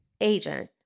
agent